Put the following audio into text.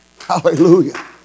Hallelujah